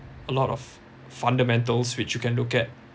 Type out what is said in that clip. a lot of fundamentals which you can look at